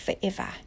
forever